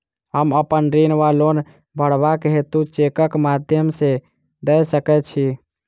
हम अप्पन ऋण वा लोन भरबाक हेतु चेकक माध्यम सँ दऽ सकै छी?